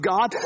God